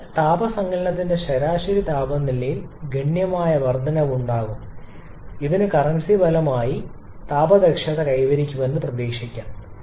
അതിനാൽ താപ സങ്കലനത്തിന്റെ ശരാശരി താപനിലയിൽ ഗണ്യമായ വർദ്ധനവ് ഉണ്ടാകും കറൻസി ഫലമായി താപ ദക്ഷത കൈവരിക്കുമെന്ന് പ്രതീക്ഷിക്കാം